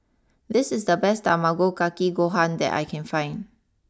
this is the best Tamago Kake Gohan that I can find